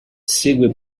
segue